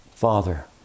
Father